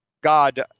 God